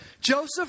Joseph